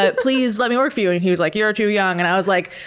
but please let me work for you. and he was like, you're too young. and i was like,